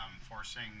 forcing